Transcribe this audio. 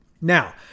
Now